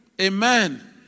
Amen